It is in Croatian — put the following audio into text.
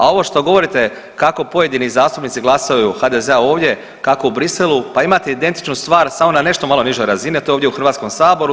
A ovo što govorite kako pojedini zastupnici glasaju HDZ-a ovdje, kako u Bruxellesu pa imate identičnu stvar samo na nešto malo nižoj razini, a to je ovdje u Hrvatskom saboru.